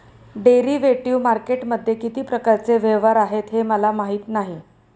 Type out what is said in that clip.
derivative मार्केटमध्ये किती प्रकारचे व्यवहार आहेत हे मला माहीत नाही